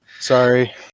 Sorry